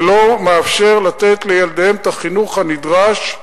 ולא מאפשרות לתת לילדיהם את החינוך הנדרש,